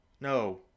No